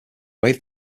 waived